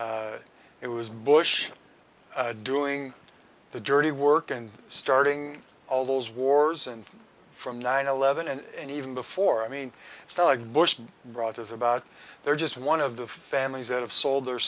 there it was bush doing the dirty work and starting all those wars and from nine eleven and even before i mean it's like bush brought is about they're just one of the families that have sold their